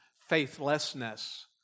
faithlessness